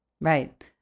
Right